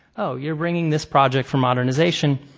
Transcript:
oh, you're bringing this project for modernization.